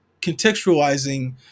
contextualizing